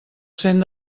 cent